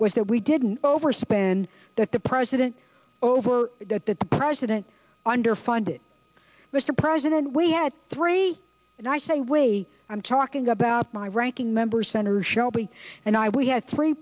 was that we didn't overspend that the president over that the president underfunded mr president we had three and i say wait i'm talking about my ranking member senator shelby and i we have three